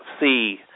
see